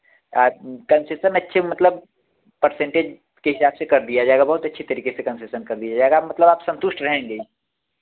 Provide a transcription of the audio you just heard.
आज कन्सेसन अच्छे मतलब परसेंटेज के हिसाब से कर दिया जाएगा बहुत अच्छे तरीके से कन्सेसन कर दिया जाएगा आप मतलब आप संतुष्ट रहेंगे